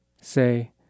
Say